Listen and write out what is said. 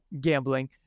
gambling